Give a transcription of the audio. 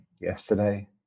yesterday